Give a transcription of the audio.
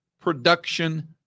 production